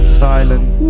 silent